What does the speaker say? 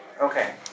Okay